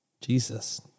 Jesus